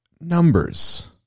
numbers